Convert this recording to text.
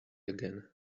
again